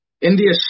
India